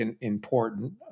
important